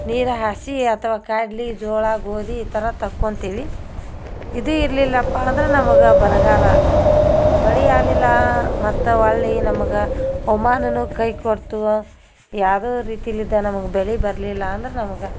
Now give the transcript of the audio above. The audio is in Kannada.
ನೀರು ಹಾಯ್ಸಿ ಅಥವಾ ಕಡ್ಲೆ ಜೋಳ ಗೋಧಿ ಈ ಥರ ತಕ್ಕೊತಿವಿ ಇದು ಇರಲಿಲ್ಲಪ್ಪ ಅಂದ್ರೆ ನಮಗೆ ಬರಗಾಲ ಮಳೆ ಆಗ್ಲಿಲ್ಲ ಮತ್ತು ಹೊಳ್ಳಿ ನಮಗೆ ಹವ್ಮಾನವೂ ಕೈ ಕೊಡ್ತು ಯಾವುದೂ ರೀತಿಲಿದ್ದ ನಮಗೆ ಬೆಳೆ ಬರಲಿಲ್ಲ ಅಂದ್ರೆ ನಮಗೆ